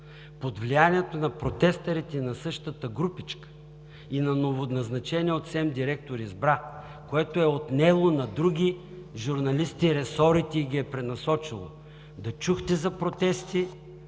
под влиянието на протестърите от същата групичка и на новоназначения от СЕМ директор, е отнело на други журналисти ресорите и ги е пренасочило? Да чухте за протести?